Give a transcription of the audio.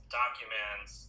documents